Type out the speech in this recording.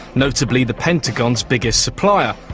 notably the pentagon's biggest supplier.